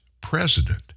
president